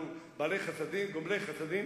אנחנו בעלי חסדים, גומלי חסדים,